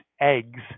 eggs